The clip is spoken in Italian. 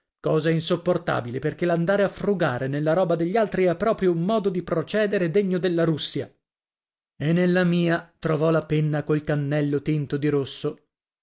cosa insopportabile perché l'andare a frugare nella roba degli altri è proprio un modo di procedere degno della russia e nella mia trovò la penna col cannello tinto di rosso